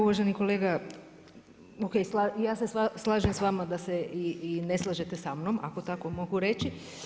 Pa evo, uvaženi kolega ja se slažem s vama da se vi ne slažete sa mnom ako tako mogu reći.